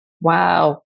Wow